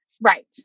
Right